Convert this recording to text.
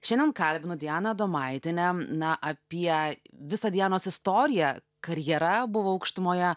šiandien kalbinu dianą adomaitienę na apie visą dianos istoriją karjera buvo aukštumoje